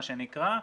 מה שנקרא,